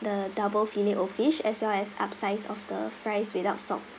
the double fillet O fish as well as upsize of the fries without salt